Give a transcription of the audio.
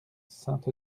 sainte